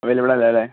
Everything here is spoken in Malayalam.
അവൈലബളല്ല അല്ലേ